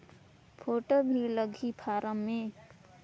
Photo भी लगी form मे?